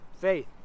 Faith